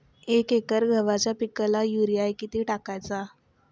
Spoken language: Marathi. एक एकर गव्हाच्या पिकाला युरिया किती टाकायचा?